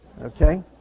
Okay